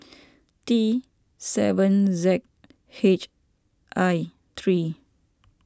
T seven Z H I three